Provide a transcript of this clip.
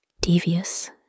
devious